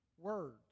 words